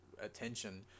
attention